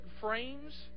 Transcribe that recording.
frames